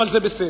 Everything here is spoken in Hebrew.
אבל זה בסדר.